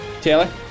Taylor